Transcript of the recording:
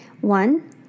One